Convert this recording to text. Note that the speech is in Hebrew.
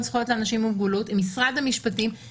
זכויות לאנשים עם מוגבלות ועם משרד המשפטים.